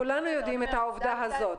כולנו יודעים את העובדה הזאת.